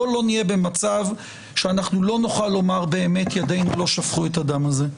בוא לא נהיה במצב שאנחנו לא נוכל לומר באמת ידינו לא שפכו את הדם הזה.